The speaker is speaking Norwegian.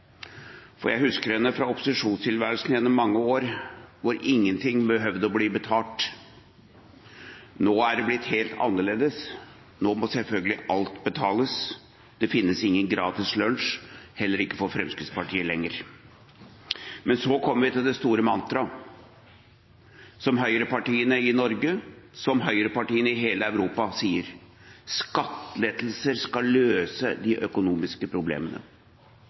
lekse. Jeg husker henne fra opposisjonstilværelsen gjennom mange år, hvor ingen ting behøvde å bli betalt. Nå er det blitt helt annerledes, nå må selvfølgelig alt betales. Det finnes ingen gratis lunsj, heller ikke for Fremskrittspartiet lenger. Men så kommer vi til det store mantraet, det som høyrepartiene i Norge og høyrepartiene i hele Europa sier: Skattelettelser skal løse de økonomiske problemene.